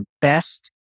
best